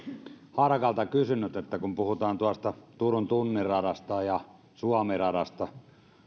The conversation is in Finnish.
harakalta kysynyt kun puhutaan tuosta turun tunnin radasta ja suomi radasta